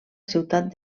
ciutat